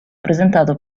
presentato